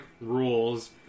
rules